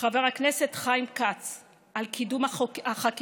חבר הכנסת חיים כץ על קידום החקיקה,